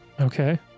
Okay